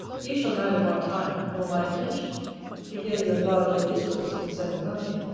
you shall neither want time, nor my attention to hear you enlarge your discourse concerning hunting.